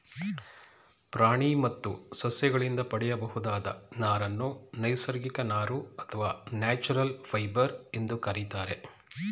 ಪ್ರಾಣಿ ಮತ್ತು ಸಸ್ಯಗಳಿಂದ ಪಡೆಯಬಹುದಾದ ನಾರನ್ನು ನೈಸರ್ಗಿಕ ನಾರು ಅಥವಾ ನ್ಯಾಚುರಲ್ ಫೈಬರ್ ಎಂದು ಕರಿತಾರೆ